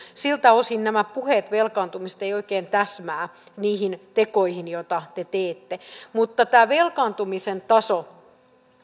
siltä osin nämä puheet velkaantumisesta eivät oikein täsmää niihin tekoihin joita te teette mutta tämä velkaantumisen taso